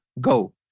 go